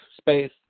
Space